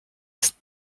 ist